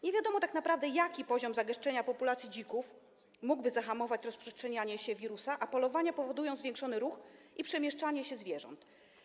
Nie wiadomo tak naprawdę, jaki poziom zagęszczenia populacji dzików mógłby zahamować rozprzestrzenianie się wirusa, a polowania powodują zwiększony ruch i przemieszczanie się zwierząt.